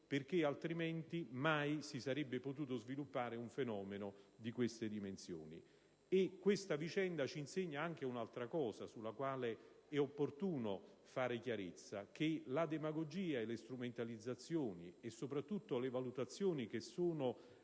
perché altrimenti mai si sarebbe potuto sviluppare un fenomeno di tali dimensioni. Questa vicenda ci insegna anche un'altra cosa, sulla quale è opportuno fare chiarezza: la demagogia, le strumentalizzazioni e soprattutto le valutazioni ancorate